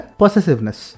possessiveness